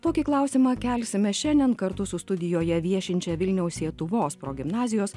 tokį klausimą kelsime šiandien kartu su studijoje viešinčia vilniaus sietuvos progimnazijos